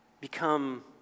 become